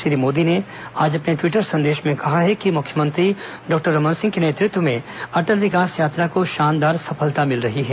श्री मोदी ने आज अपने ट्वीटर संदेश में कहा है कि मुख्यमंत्री डॉक्टर रमन सिंह के नेतृत्व में अटल विकास यात्रा को शानदार सफलता मिल रही है